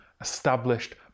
established